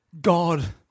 God